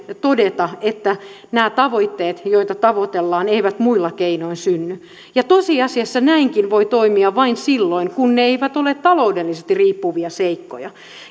todeta että nämä tavoitteet joita tavoitellaan eivät muilla keinoin synny tosiasiassa näinkin voi toimia vain silloin kun ne eivät ole taloudesta riippuvia seikkoja